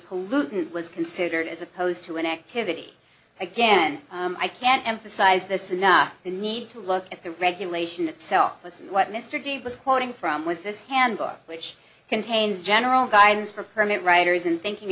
pollutant was considered as opposed to an activity again i can't emphasize this enough the need to look at the regulation itself was what mr di was quoting from was this handbook which contains general guidelines for permit writers and thinking